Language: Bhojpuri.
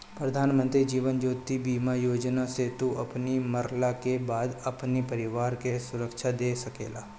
प्रधानमंत्री जीवन ज्योति बीमा योजना से तू अपनी मरला के बाद अपनी परिवार के सुरक्षा दे सकेला